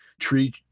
tree